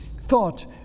thought